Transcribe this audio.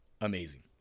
amazing